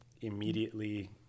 immediately